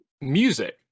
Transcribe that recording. music